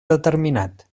determinat